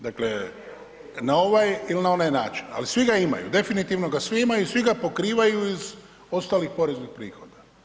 Dakle, na ovaj ili na onaj način, ali svi ga imaju, definitivno ga svi imaju i svi ga pokrivaju iz ostalih poreznih prihoda.